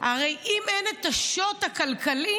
הרי אם אין את השוט הכלכלי,